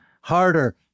harder